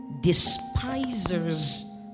despisers